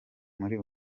muri